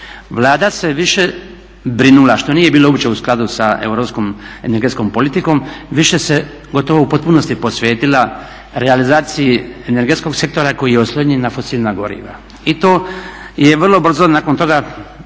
Vlada se više brinula što nije bilo uopće u skladu sa europskom energetskom politikom više se gotovo u potpunosti posvetila realizaciji energetskog sektora koji je oslonjen na fosilna goriva. I to je vrlo brzo nakon toga